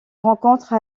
rencontre